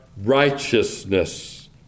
righteousness